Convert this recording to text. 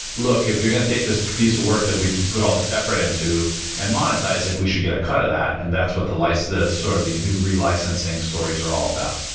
look, if you're going to take this piece of work that we'd put all this effort into and monetize it, we should get a cut of that, and that's what the like the sort of these new relicensing stories are all about.